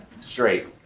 straight